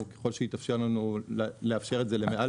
ככל שיתאפשר לנו לאפשר את זה למעל